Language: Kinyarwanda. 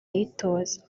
ayitoza